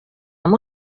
amb